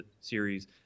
series